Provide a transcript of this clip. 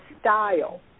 style